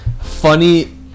funny